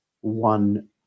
one